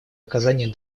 оказание